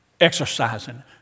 exercising